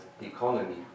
economy